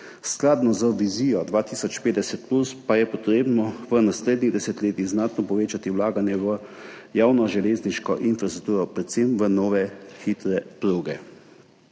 Skladno z vizijo 2050+ pa je potrebno v naslednjih desetletjih znatno povečati vlaganje v javno železniško infrastrukturo, predvsem v nove hitre proge.